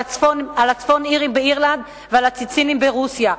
האירים בצפון-אירלנד ועל הצ'צ'נים ברוסיה.